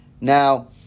Now